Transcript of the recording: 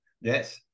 Yes